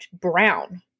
brown